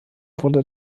wurde